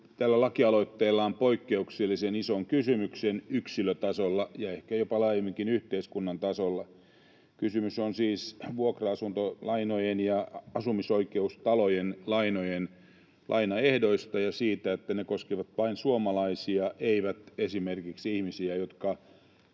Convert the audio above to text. tällä lakialoitteellaan poikkeuksellisen ison kysymyksen yksilötasolla ja ehkä jopa laajemminkin yhteiskunnan tasolla. Kysymys on siis vuokra-asuntolainojen ja asumisoikeustalojen lainojen lainaehdoista ja siitä, että ne koskevat vain suomalaisia eivätkä esimerkiksi ihmisiä, jotka